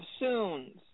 Soons